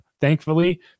thankfully